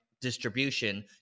distribution